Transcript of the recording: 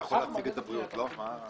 מדובר בהלוואות לעובדי מדינה.